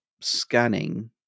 scanning